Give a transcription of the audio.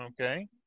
Okay